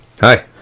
Hi